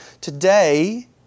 Today